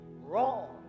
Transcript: wrong